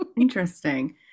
interesting